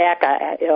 back